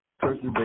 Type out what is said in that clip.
turkey